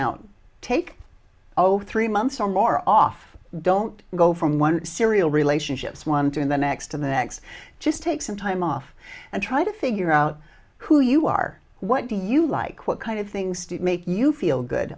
out take over three months or more off don't go from one serial relationships one to the next to the next just take some time off and try to figure out who you are what do you like what kind of things do make you feel good